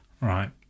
Right